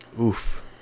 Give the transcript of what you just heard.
oof